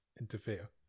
interfere